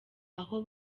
aho